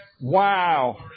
Wow